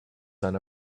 son